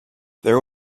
there